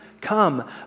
come